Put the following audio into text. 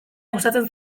gustatzen